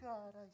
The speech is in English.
God